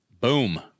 Boom